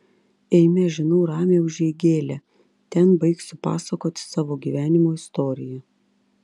eime žinau ramią užeigėlę ten baigsiu pasakoti savo gyvenimo istoriją